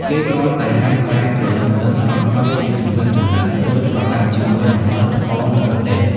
គេគ្រាន់តែហាន់ផ្លែទ្រលឹងទឹងស្រស់ៗ ជាចំណិតៗ រួចប្រឡាក់ជាមួយអំបិល ស្ករ និងម្ទេស។